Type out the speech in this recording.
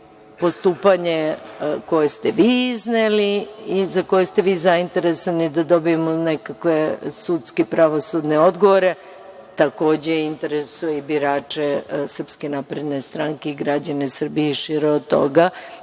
postupanje koje ste vi izneli i za koje ste vi zainteresovani da dobijemo nekakve sudske pravosudne odgovore, takođe interesuje i birače SNS i građane Srbije i šire od toga